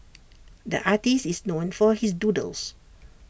the artist is known for his doodles